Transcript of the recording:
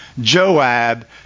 Joab